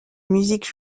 musique